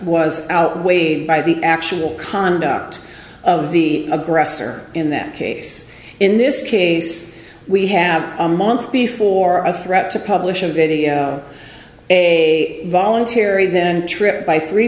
was outweighed by the actual conduct of the aggressor in that case in this case we have a month before a threat to publish a video a voluntary then trip by three